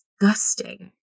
disgusting